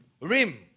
Rim